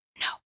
no